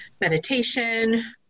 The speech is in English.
Meditation